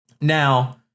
Now